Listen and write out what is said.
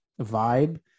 vibe